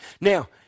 Now